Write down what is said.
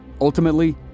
Ultimately